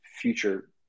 future